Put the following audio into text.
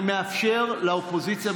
אני מאפשר לאופוזיציה,